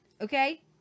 Okay